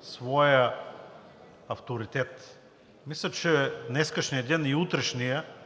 своя авторитет. Мисля, че днешният и утрешният